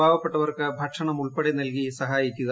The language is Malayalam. പാവപ്പെട്ടവർക്ക് ഭക്ഷണമുൾപ്പെടെ നൽകി സഹായിക്കുക